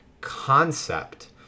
concept